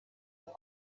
auf